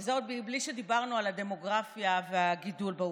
וזה עוד מבלי שדיברנו על הדמוגרפיה והגידול באוכלוסייה.